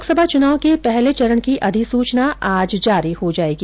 लोकसभा चुनाव के पहले चरण की अधिसूचना आज जारी हो जायेगी